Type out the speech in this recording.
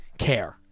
care